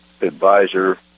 advisor